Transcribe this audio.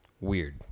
Weird